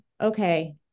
okay